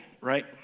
right